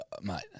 Mate